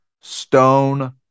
stone